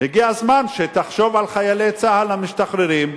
הגיע הזמן שתחשוב על חיילי צה"ל המשתחררים,